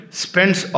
spends